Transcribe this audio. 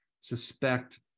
suspect